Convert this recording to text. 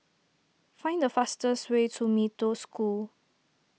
find the fastest way to Mee Toh School